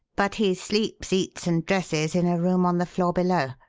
but he sleeps, eats, and dresses in a room on the floor below.